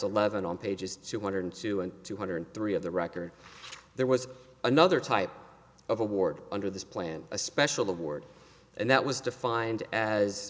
eleven on pages two hundred two and two hundred three of the record there was another type of award under this plan a special award and that was defined as